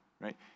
right